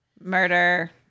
Murder